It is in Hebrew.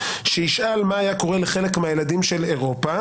שישאל מה היה קורה לחלק מהילדים של אירופה